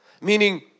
meaning